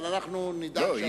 אבל אנחנו נדאג שאתה,